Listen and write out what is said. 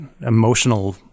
emotional